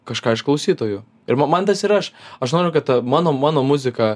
kažką iš klausytojų ir mo man tas ir aš aš noriu kad mano mano muzika